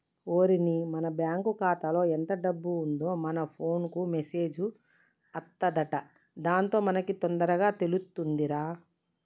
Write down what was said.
ఓరిని మన బ్యాంకు ఖాతాలో ఎంత డబ్బు ఉందో మన ఫోన్ కు మెసేజ్ అత్తదంట దాంతో మనకి తొందరగా తెలుతుందిరా